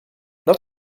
not